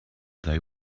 they